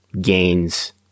gains